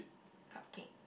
cupcake